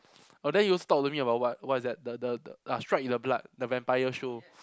oh then he also talk to me about what what is that the the ah strike in the blood the vampire show